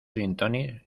gintonics